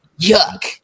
Yuck